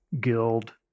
guild